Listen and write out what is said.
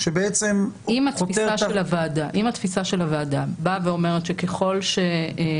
שבעצם חותר תחת --- אם התפיסה של הוועדה באה ואומרת שככל שאנחנו